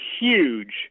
huge